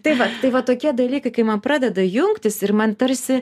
tai va tai va tokie dalykai kai man pradeda jungtis ir man tarsi